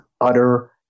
utter